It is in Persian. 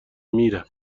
میرم